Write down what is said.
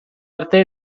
arte